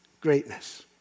Greatness